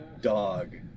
dog